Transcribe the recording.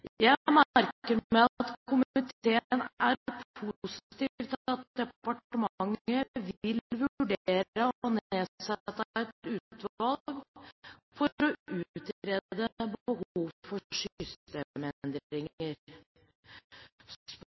Jeg merker meg at komiteen er positiv til at departementet vil vurdere å nedsette et utvalg for å utrede behovet for